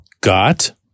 got